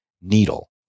needle